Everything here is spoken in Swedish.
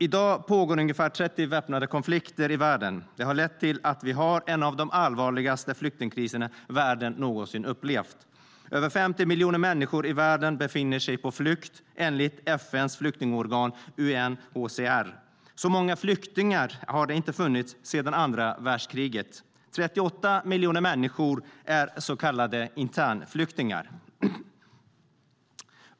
I dag pågår ungefär 30 väpnade konflikter i världen. Det har lett till att vi har en av de allvarligaste flyktingkriser som världen någonsin upplevt. Över 50 miljoner människor i världen befinner sig på flykt, enligt FN:s flyktingorgan UNHCR. Så många flyktingar har det inte funnits sedan andra världskriget. 38 miljoner människor är så kallade internflyktingar.